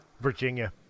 Virginia